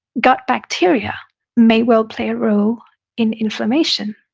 gut bacteria may well play a role in inflammation.